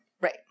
Right